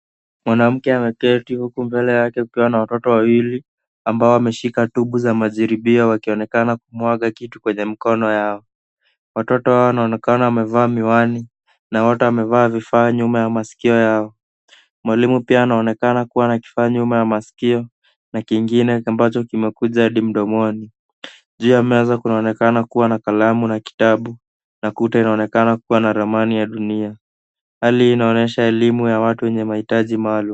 Mwanamke ameketi huku mbele yake kukiwa na watoto wawili ambao wameshika tubu za majaribio wakionekana kumwaga kitu kwenye mikono yao. Watoto hawa wanaonekana wamevaa miwani na wote wamevaa vifaa nyuma ya masikio yao. Mwalimu pia anaonekana kuwa na kifaa nyuma ya masikio na kingine ambacho kimekuja hadi mkononi. Juu ya meza kunaonekana kuwa na kalamu na kitabu na kuta inaonekana kuwa na ramani ya dunia. Hali hii inaonyesha elimu ya watu wenye mahitaji maalumu.